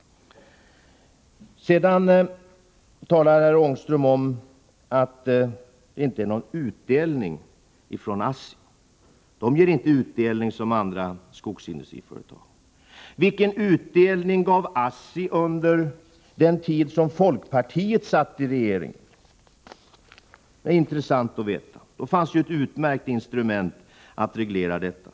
Herr Ångström talar sedan om att ASSI inte ger utdelning som andra skogsindustriföretag. Vilken utdelning gav ASSI under den tid då folkpartiet satt i regeringen? Det skulle vara intressant att få veta. Då fanns ju utmärkta möjligheter att reglera detta.